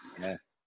Yes